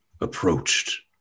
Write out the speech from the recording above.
approached